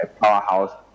powerhouse